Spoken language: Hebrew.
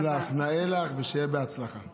מתאים לך, נאה לך, ושיהיה בהצלחה.